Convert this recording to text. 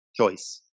Choice